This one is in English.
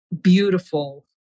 beautiful